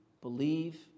believe